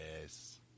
Yes